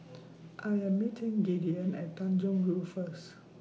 I Am meeting Gideon At Tanjong Rhu First